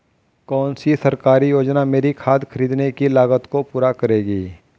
कौन सी सरकारी योजना मेरी खाद खरीदने की लागत को पूरा करेगी?